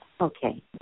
Okay